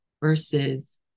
versus